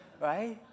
right